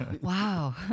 wow